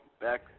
back